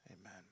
Amen